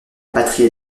patrie